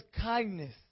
kindness